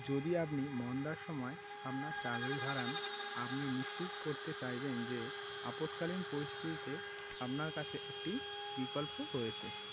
যদি আপনি মন্দার সময় আপনার চাকরি হারান আপনি নিশ্চিত করতে চাইবেন যে আপৎকালীন পরিস্থিতিতে আপনার কাছে একটি বিকল্প রয়েছে